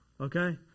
okay